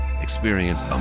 Experience